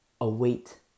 await